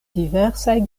diversaj